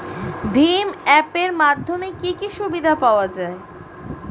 ভিম app এর মাধ্যমে কি কি সুবিধা পাওয়া যায়?